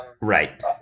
Right